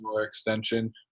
extension